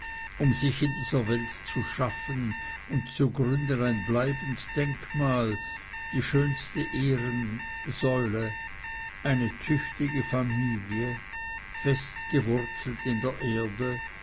um sich in dieser welt zu schaffen und zu gründen ein bleibend denkmal die schönste ehrensäule eine tüchtige familie fest gewurzelt in der erde